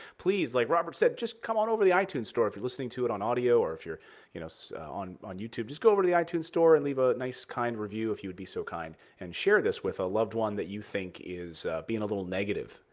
please, like robert said, just come on over to the itunes store. if you're listening to it on audio, or if you're you know so on on youtube, just go over to the itunes store and leave a nice, kind review, if you would be so kind. and share this with a loved one that you think is being a little negative,